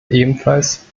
ebenfalls